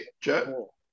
Joe